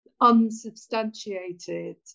unsubstantiated